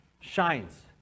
shines